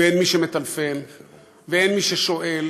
ואין מי שמטלפן ואין מי ששואל